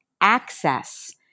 access